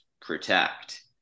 protect